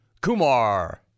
kumar